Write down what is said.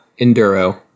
Enduro